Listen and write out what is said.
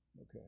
Okay